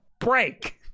break